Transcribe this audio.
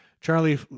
Charlie